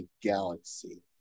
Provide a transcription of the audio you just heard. Galaxy